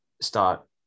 start